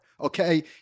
Okay